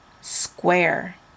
square